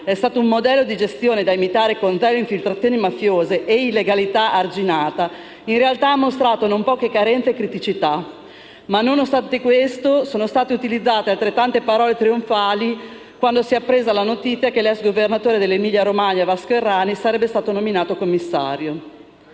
è stato un modello di gestione da imitare con zero infiltrazioni mafiose e illegalità arginata, in realtà ha mostrato non poche carenze e criticità. Nonostante questo, sono state utilizzate altrettante parole trionfali quando si è appresa la notizia che l'ex governatore dell'Emilia-Romagna, Vasco Errani, sarebbe stato nominato commissario.